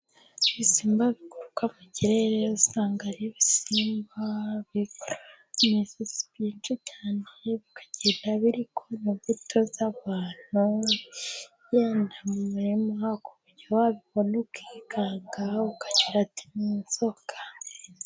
Ibisimba biguruka mu kirere， usanga ari ibisimba byinshi cyane， bikagenda biri kona imbuto z'abantu，bigenda mu murima，ku buryo wabibona ukikanga， ukagira ati ni inzoka.